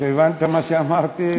הבנת מה שאמרתי?